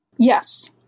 Yes